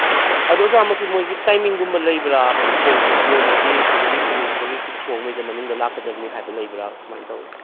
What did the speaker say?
ꯑꯍꯣ ꯑꯗꯨ ꯑꯣꯖꯥ ꯃꯁꯤ ꯃꯣꯏꯒꯤ ꯇꯥꯏꯃꯤꯡꯒꯨꯝꯕ ꯂꯩꯕ꯭ꯔꯥ ꯍꯥꯏꯗꯤ ꯊꯣꯡ ꯈꯣꯠ ꯂꯣꯟꯕꯒꯤ ꯁꯤꯗꯒꯤ ꯄꯨꯡ ꯁꯤꯗꯒꯤ ꯁꯨꯛꯕꯣꯛꯉꯩꯒꯤ ꯃꯅꯨꯡꯗ ꯂꯥꯛꯀꯗꯕꯅꯤ ꯍꯥꯏꯕ ꯂꯩꯕ꯭ꯔꯥ ꯀꯃꯥꯏꯅ ꯇꯧꯋꯤ